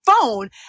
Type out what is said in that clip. phone